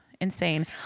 insane